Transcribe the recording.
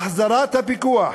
החזרת הפיקוח